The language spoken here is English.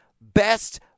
best